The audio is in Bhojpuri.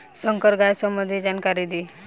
संकर गाय सबंधी जानकारी दी?